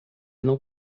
não